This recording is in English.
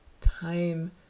time